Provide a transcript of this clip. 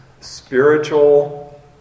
spiritual